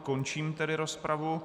Končím tedy rozpravu.